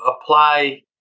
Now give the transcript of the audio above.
apply